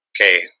okay